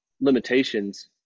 limitations